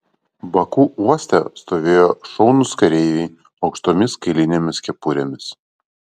baku uoste stovėjo šaunūs kareiviai aukštomis kailinėmis kepurėmis